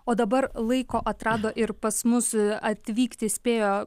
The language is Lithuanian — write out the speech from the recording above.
o dabar laiko atrado ir pas mus atvykti spėjo